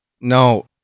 No